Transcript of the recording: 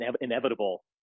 inevitable